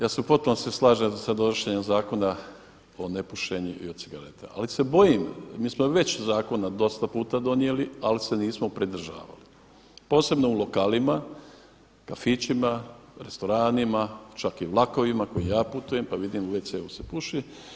Ja se u potpunosti slažem sa donošenjem zakona o ne pušenju i cigaretama, ali se bojim mi smo već zakona dosta puta donijeli, ali se nismo pridržavali, posebno u lokalima, kafićima, restoranima, čak i vlakovima kojima ja putujem, pa vidim u wc-u se puši.